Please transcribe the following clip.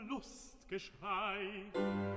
Lustgeschrei